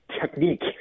technique